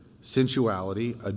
sensuality